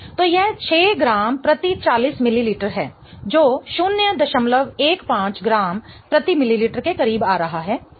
तो यह 6 ग्राम प्रति 40 मिलीलीटर है जो 015 ग्राम प्रति मिलीलीटर के करीब आ रहा है ठीक है